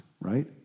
right